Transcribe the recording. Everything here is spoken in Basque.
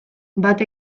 bat